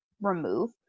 remove